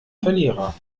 verlierer